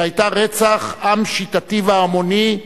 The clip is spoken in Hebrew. שהיתה רצח עם שיטתי והמוני,